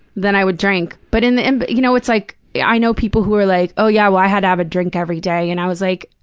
then i would drink. but in the end, but you know it's like yeah i know people who are like, oh yeah, well, i had to have a drink every day, and i was like,